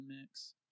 mix